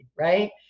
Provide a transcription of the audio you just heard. right